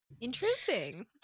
interesting